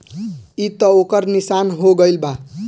ई त ओकर निशान हो गईल बा